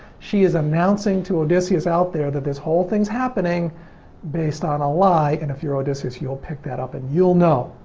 she is announcing to odysseus out there that this whole things happening based on a lie, and if you're odysseus you will pick that up and you'll know.